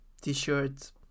t-shirt